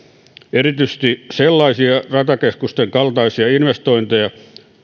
erityisesti sellaisia datakeskusten kaltaisia investointeja